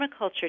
permaculture